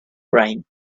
brain